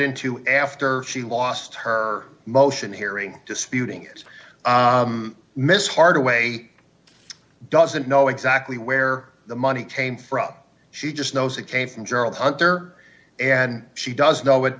into after she lost her motion hearing disputing it miss hardaway doesn't know exactly where the money came from she just knows it came from general hunter and she does know it